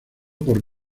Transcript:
por